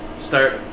start